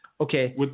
Okay